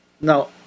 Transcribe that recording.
now